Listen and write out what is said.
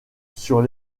sur